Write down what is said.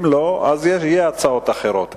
אם לא, אז יהיו הצעות אחרות.